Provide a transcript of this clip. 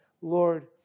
Lord